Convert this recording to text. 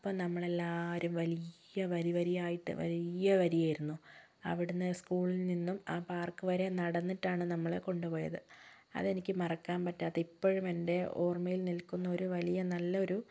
അപ്പോൾ നമ്മളെല്ലാരും വലിയ വരി വരിയായിട്ട് വലിയ വരിയായിരുന്നു അവിടുന്ന് സ്കൂളിൽ നിന്നും ആ പാർക്ക് വരെ നടന്നിട്ടാണ് നമ്മളെ കൊണ്ടുപോയത് അതെനിക്ക് മറക്കാൻ പറ്റാത്ത ഇപ്പോഴും എൻ്റെ ഓർമയിൽ നിൽക്കുന്ന ഒരു വലിയ നല്ലൊരു